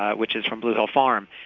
ah which is from blue hill farm.